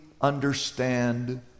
understand